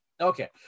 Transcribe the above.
Okay